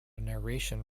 narration